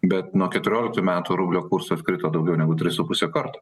bet nuo keturioliktų metų rublio kursas krito daugiau negu tris su puse karto